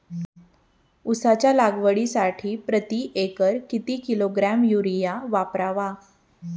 उसाच्या लागवडीसाठी प्रति एकर किती किलोग्रॅम युरिया वापरावा?